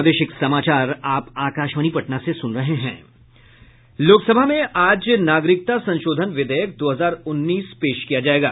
लोकसभा में आज नागरिकता संशोधन विधेयक दो हजार उन्नीस पेश किया जाएगा